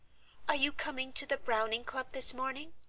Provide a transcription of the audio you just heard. are you coming to the browning club this morning?